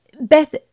Beth